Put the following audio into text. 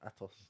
Atos